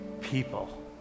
people